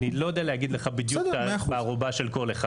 אני לא יודע להגיד לך בדיוק את הארובה של כל אחד.